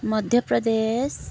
Madhya Pradesh